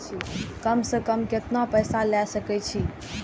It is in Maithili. कम से कम केतना पैसा ले सके छी?